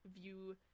view